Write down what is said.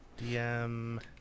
DM